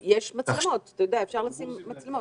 אפשר לשים מצלמות.